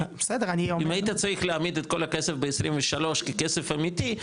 אם היית צריך להעמיד את כל הכסף ב-23 ככסף אמיתי,